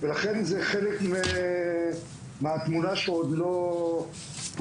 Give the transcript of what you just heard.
לכן זה חלק מהתמונה שעוד לא הושלמה.